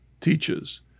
teaches